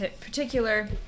particular